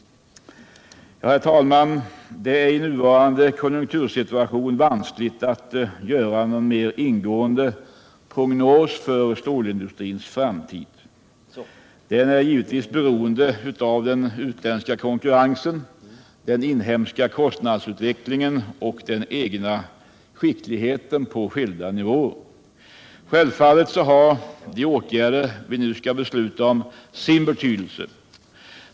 Herr talman! Det är i nuvarande konjunktursituation vanskligt att göra någon mer ingående prognos för stålindustrins framtid. Den är givetvis beroende av den utländska konkurrensen, den inhemska kostnadsutvecklingen och den egna skickligheten på skilda nivåer. Självfallet har de åtgärder vi nu skall besluta om sin betydelse.